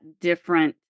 different